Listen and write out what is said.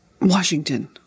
Washington